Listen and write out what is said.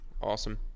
Awesome